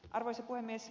arvoisa puhemies